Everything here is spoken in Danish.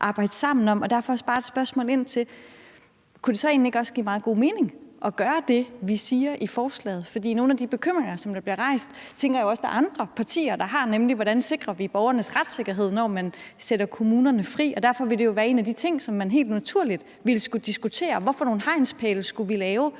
at arbejde sammen om. Derfor har jeg også bare et spørgsmål: Kunne det så egentlig ikke også give meget god mening at gøre det, vi siger i forslaget? For nogle af de bekymringer, der bliver rejst, tænker jeg også der er andre partier der har, nemlig med hensyn til hvordan vi sikrer borgernes sikkerhed, når man sætter kommunerne fri. Derfor vil en af de ting, som man helt naturligt ville skulle diskutere, være: Hvad for nogle hegnspæle skulle vi lave?